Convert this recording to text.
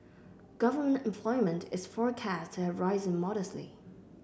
government employment is forecast to have risen modestly